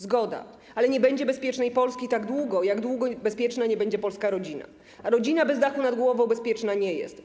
Zgoda, ale nie będzie bezpiecznej Polski tak długo, jak długo bezpieczna nie będzie polska rodzina, a rodzina bez dachu nad głową bezpieczna nie jest.